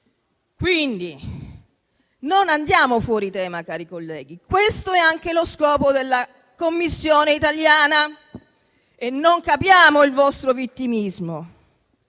Quindi, non andiamo fuori tema, cari colleghi, questo è anche lo scopo della Commissione italiana. E non capiamo il vostro vittimismo.